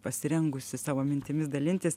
pasirengusi savo mintimis dalintis